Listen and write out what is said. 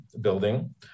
building